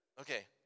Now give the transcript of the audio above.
Okay